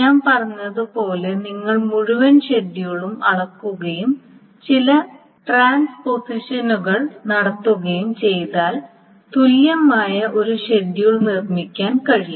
ഞാൻ പറഞ്ഞതുപോലെ നിങ്ങൾ മുഴുവൻ ഷെഡ്യൂളും അളക്കുകയും ചില ട്രാൻസ്പോസിഷനുകൾ നടത്തുകയും ചെയ്താൽ തുല്യമായ ഒരു ഷെഡ്യൂൾ നിർമ്മിക്കാൻ കഴിയും